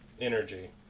energy